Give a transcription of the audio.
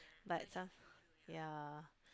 but some yeah